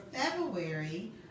February